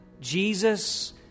Jesus